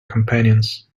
companions